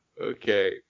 Okay